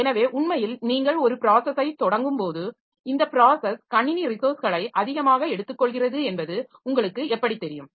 எனவே உண்மையில் நீங்கள் ஒரு ப்ராஸஸை தொடங்கும்போது இந்த ப்ராஸஸ் கணினி ரிசோர்ஸ்களை அதிகமாக எடுத்துக்கொள்கிறது என்பது உங்களுக்கு எப்படித் தெரியும்